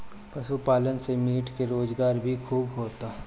पशुपालन से मीट के रोजगार भी खूब होता